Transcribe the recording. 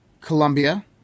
Colombia